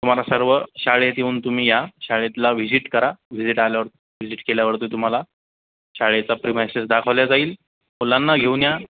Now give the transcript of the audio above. तुम्हाला सर्व शाळेत येऊन तुम्ही या शाळेतला व्हिजिट करा व्हिजिट आल्यावर विजिट केल्यावरती तुम्हाला शाळेचा प्रिमायसेस दाखवला जाईल मुलांना घेऊन या